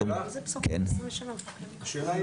השאלה אם